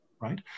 right